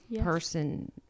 person